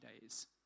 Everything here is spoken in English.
days